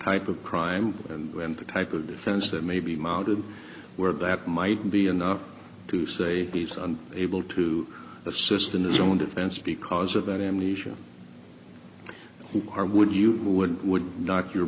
pipe of crime and when the type of defense that may be mounted where that might be enough to say peace and able to assist in its own defense because of that amnesia or would you would would not your